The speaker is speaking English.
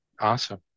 Awesome